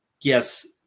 yes